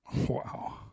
Wow